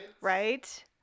Right